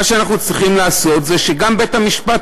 מה שאנחנו צריכים לעשות זה שגם בית-המשפט